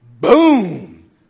Boom